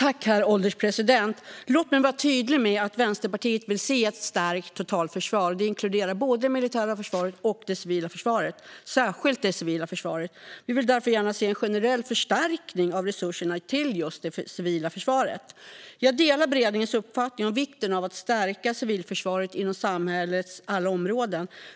Herr ålderspresident! Låt mig vara tydlig med att Vänsterpartiet vill se ett stärkt totalförsvar. Det inkluderar både det militära och det civila försvaret - särskilt det civila. Vi vill därför gärna se en generell förstärkning av resurserna till just det civila försvaret. Jag delar beredningens uppfattning om vikten av att stärka civilförsvaret inom samhällets alla områden.